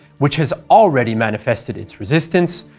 which has already manifested its resistance,